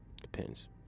Depends